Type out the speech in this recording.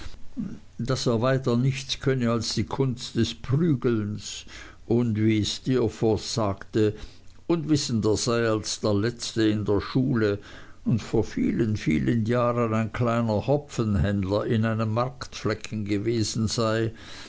daß er weiter nichts könne als die kunst des prügelns und wie j steerforth sagte unwissender sei als der letzte in der schule und vor vielen vielen jahren ein kleiner hopfenhändler in einem marktflecken gewesen sei